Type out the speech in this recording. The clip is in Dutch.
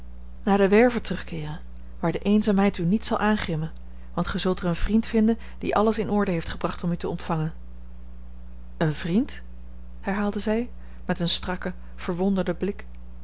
naar de werve terugkeeren waar de eenzaamheid u niet zal aangrimmen want gij zult er een vriend vinden die alles in orde heeft gebracht om u te ontvangen een vriend herhaalde zij met een strakken verwonderden blik